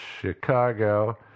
Chicago